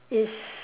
is